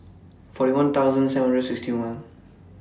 forty one thousand seven hundred and sixty one